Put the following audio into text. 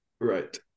Right